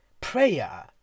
Prayer